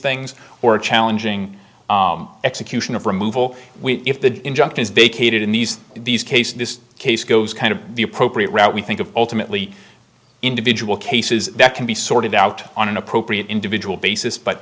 things or a challenging execution of removal if the injunction is vacated in these these cases this case goes kind of the appropriate route we think of ultimately individual cases that can be sorted out on an appropriate individual basis but